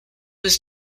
was